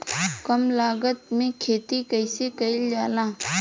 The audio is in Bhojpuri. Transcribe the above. कम लागत में खेती कइसे कइल जाला?